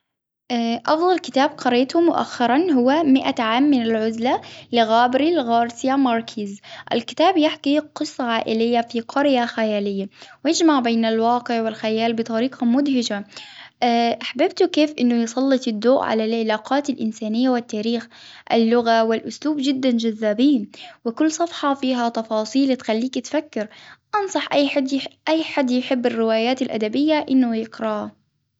أه أفضل كتاب قريته مؤخرا هو مائة عام من العزلة لغابري الغارثيا ماركيز، الكتاب يحكي قصة عائلية في قرية خيالية، ويجمع بين الواقع والخيال بطريقة مدهشة، أحببتوا كيف أنه يسلط الضوء على العلاقات الانسانية والتاريخ اللغة والأسلوب جدا جذابين، وكل صفحة فيها تفاصيل تخليك تفكر، أنصح أي حد -أي حد يحب الروايات الأدبية أنه يقرأه.